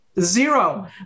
zero